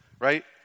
right